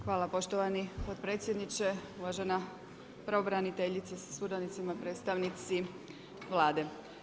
Hvala poštovani potpredsjedniče, uvažena pravobraniteljica sa suradnicima, predstavnici vlade.